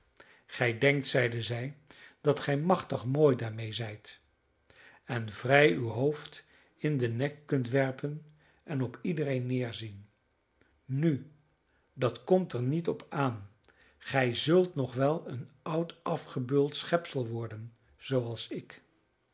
gij denkt zeide zij dat gij machtig mooi daarmee zijt en vrij uw hoofd in den nek kunt werpen en op iedereen neerzien nu dat komt er niet op aan gij kunt nog wel een oud afgebeuld schepsel worden zooals ik